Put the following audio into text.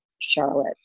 Charlotte